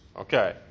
Okay